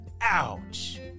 Ouch